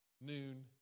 noon